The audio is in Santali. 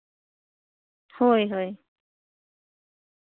ᱦᱳᱭ ᱦᱳᱭ